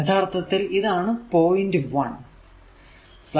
യഥാർത്ഥത്തിൽ ഇതാണ് പോയിന്റ് 1